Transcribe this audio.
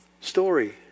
story